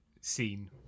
scene